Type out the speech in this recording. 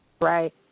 right